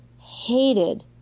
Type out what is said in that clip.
hated